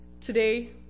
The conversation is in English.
Today